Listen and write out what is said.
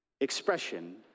expression